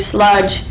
Sludge